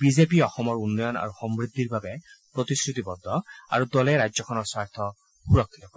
B J P অসমৰ উন্নয়ন আৰু সমূদ্ধিৰ বাবে প্ৰতিশ্ৰুতিবদ্ধ আৰু দলে সাদয় ৰাজ্যখনৰ স্বাৰ্থ সুৰক্ষিত কৰিব